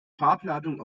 farbladung